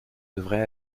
devrait